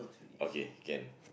okay can